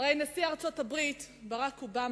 הרי נשיא ארצות-הברית, ברק אובמה,